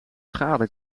schade